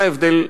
מה ההבדל,